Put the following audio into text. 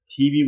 TV